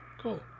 Cool